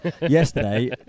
yesterday